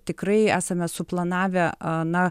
tikrai esame suplanavę a na